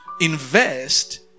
invest